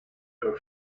her